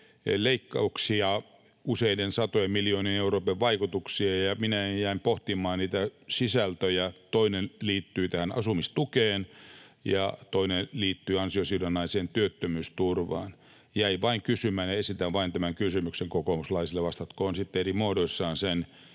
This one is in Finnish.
leikkauksia, useiden satojen miljoonien eurojen vaikutuksia, ja minä jäin pohtimaan niitä sisältöjä: toinen liittyy tähän asumistukeen, ja toinen liittyy ansiosidonnaiseen työttömyysturvaan. Jäin vain kysymään, ja esitän vain tämän kysymyksen kokoomuslaisille — vastatkoot sitten eri muodoissaan —